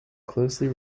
closely